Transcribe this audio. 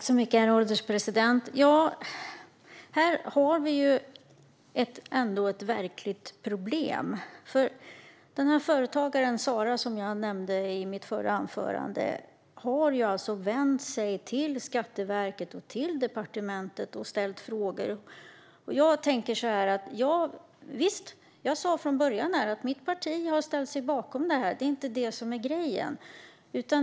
Herr ålderspresident! Här har vi ändå ett verkligt problem. Företagaren Sara, som jag nämnde i mitt förra inlägg, har alltså vänt sig till Skatteverket och till departementet och ställt frågor. Mitt parti har ställt sig bakom det här - visst. Men det är inte det som är grejen.